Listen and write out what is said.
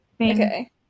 Okay